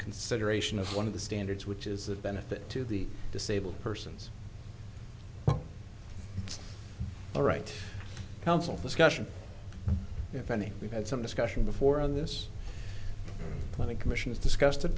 consideration of one of the standards which is of benefit to the disabled persons all right council discussion if any we've had some discussion before on this when the commission has discussed